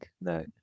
no